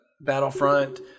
Battlefront